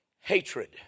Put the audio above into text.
hatred